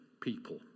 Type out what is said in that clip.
people